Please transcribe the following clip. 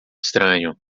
estranho